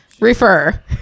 refer